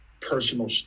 personal